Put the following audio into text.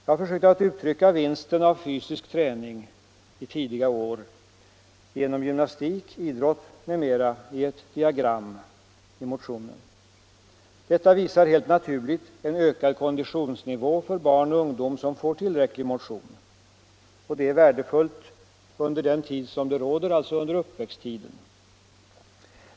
Jag har försökt att uttrycka vinsten av fysisk träning i tidiga år — genom gymnastik, idrott m.m. — i ett diagram i min motion. Detta visar helt naturligt en ökad konditionsnivå för barn och ungdom som får tillräcklig motion. Denna förbättrade kondition är värdefull under den tid den varar, dvs. under uppväxttiden.